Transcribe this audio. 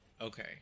Okay